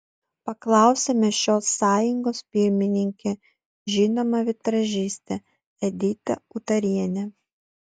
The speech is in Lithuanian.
paklausėme šios sąjungos pirmininkę žinomą vitražistę editą utarienę